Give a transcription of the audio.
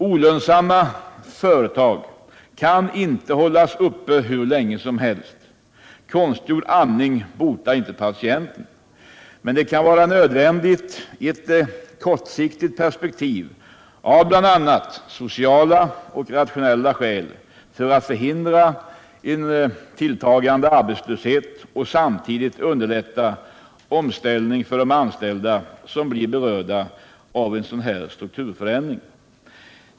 Olönsamma företag kan inte hållas uppe hur länge som helst — konstgjord andning botar inte patienten. Men den kan vara nödvändig i ett kortsiktigt perspektiv av bl.a. sociala och rationella skäl för att förhindra en tilltagande arbetslöshet och samtidigt underlätta omställningen för de anställda som blir berörda av en sådan strukturförändring.